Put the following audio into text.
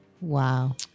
Wow